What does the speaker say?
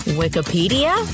wikipedia